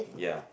ya